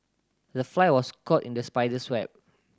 the fly was caught in the spider's web